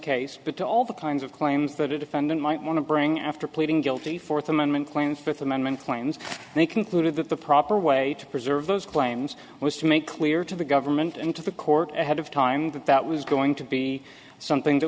case but to all the kinds of claims that a defendant might want to bring after pleading guilty fourth amendment claim fifth amendment claims and they concluded that the proper way to preserve those claims was to make clear to the government and to the court ahead of time that that was going to be something that